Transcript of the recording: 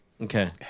Okay